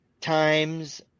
times